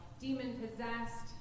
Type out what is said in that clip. Demon-possessed